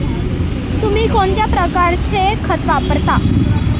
तुम्ही कोणत्या प्रकारचे खत वापरता?